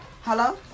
Hello